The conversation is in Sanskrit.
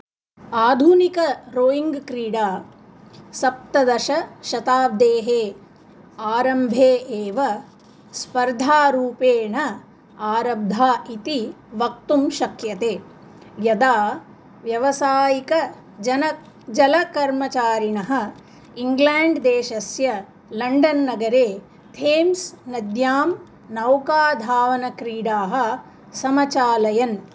आधुनिके रोयिङ्ग् क्रीडा सप्तदशशताब्देः आरम्भे एव स्पर्धारूपेण आरब्धा इति वक्तुं शक्यते यदा व्यवसायिकजनः जलकर्मचारिणः इङ्ग्लेण्ड् देशस्य लण्डन् नगरे थेंस् नद्यां नौकाधावनक्रीडाः समचालयन्